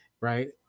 right